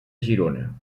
girona